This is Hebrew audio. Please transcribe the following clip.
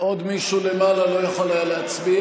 עוד מישהו למעלה לא יכול היה להצביע?